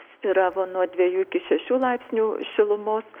svyravo nuo dviejų iki šešių laipsnių šilumos